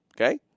okay